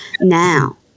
now